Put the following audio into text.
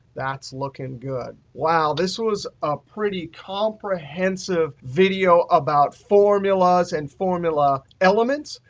that's looking good. well, this was a pretty comprehensive video about formulas and formula elements.